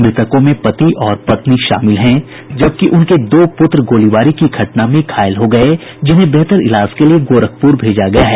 मृतकों में पति और पत्नी शामिल हैं जबकि उनके दो पुत्र गोलीबारी की घटना में घायल हो गये जिन्हें बेहतर इलाज के लिए गोरखपुर भेजा गया है